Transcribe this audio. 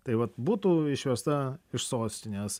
tai vat būtų išvesta iš sostinės